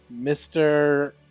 Mr